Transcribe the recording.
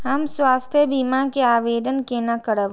हम स्वास्थ्य बीमा के आवेदन केना करब?